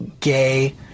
gay